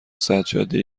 سجاده